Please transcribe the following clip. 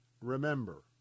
Remember